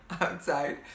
outside